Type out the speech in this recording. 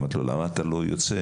אמרתי לו למה אתה לא יוצא?